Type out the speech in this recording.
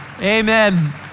Amen